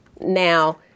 Now